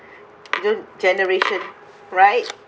you know generation right